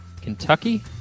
Kentucky